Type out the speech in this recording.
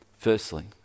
Firstly